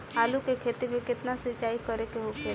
आलू के खेती में केतना सिंचाई करे के होखेला?